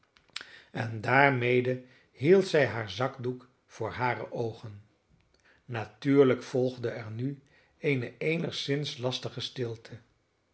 en daarmede hield zij haar zakdoek voor hare oogen natuurlijk volgde er nu eene eenigszins lastige stilte